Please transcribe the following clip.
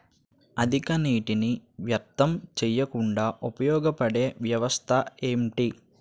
అధిక నీటినీ వ్యర్థం చేయకుండా ఉపయోగ పడే వ్యవస్థ ఏంటి